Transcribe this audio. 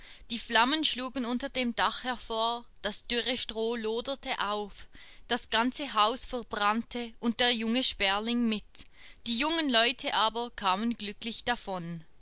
die flammen schlugen unter dem dache hervor das dürre stroh loderte auf das ganze haus verbrannte und der junge sperling mit die jungen leute aber kamen glücklich davon